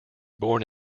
born